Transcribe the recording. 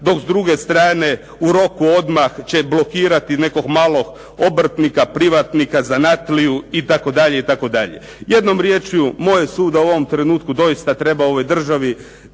dok s druge strane u roku odmah će blokirati nekog malog obrtnika, privatnika, zanatliju itd. Jednom riječju, moj je sud da u ovom trenutku doista treba ovoj državi